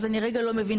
אז אני רגע לא מבינה.